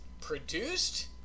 produced